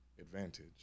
advantage